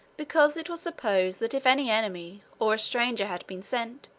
because it was supposed that if any enemy, or a stranger, had been sent,